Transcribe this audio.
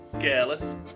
careless